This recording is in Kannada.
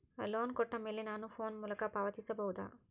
ಲೋನ್ ಕೊಟ್ಟ ಮೇಲೆ ನಾನು ಫೋನ್ ಮೂಲಕ ಪಾವತಿಸಬಹುದಾ?